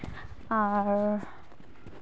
ᱟᱨ